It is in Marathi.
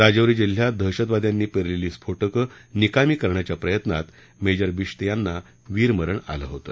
राजौरी जिल्ह्यात दहशतवाद्यांनी पेरलेली स्फोटकं निकामी करण्याच्या प्रयत्नात मेजर बिश्त यांना वीरमरण आलं होतं